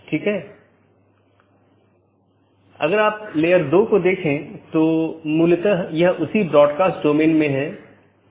यहाँ दो प्रकार के पड़ोसी हो सकते हैं एक ऑटॉनमस सिस्टमों के भीतर के पड़ोसी और दूसरा ऑटॉनमस सिस्टमों के पड़ोसी